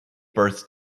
birth